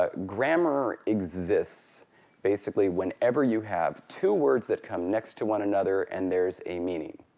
ah grammar exists basically whenever you have two words that come next to one another and there's a meaning.